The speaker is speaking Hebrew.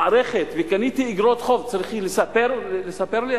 במערכת וקניתי איגרות חוב, צריכים לספר אותי?